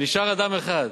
נשאר אדם אחד,